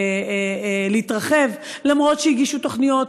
אפילו שהגישו תוכניות,